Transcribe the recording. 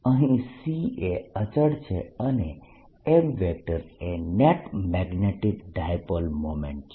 અહીં C એ અચળ છે અને m એ નેટ મેગ્નેટીક ડાયપોલ મોમેન્ટ છે